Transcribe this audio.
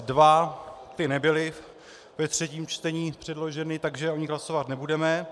2 ty nebyly ve třetím čtení předloženy, takže o nich hlasovat nebudeme.